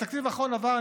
התקציב האחרון עבר,